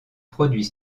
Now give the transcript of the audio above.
produits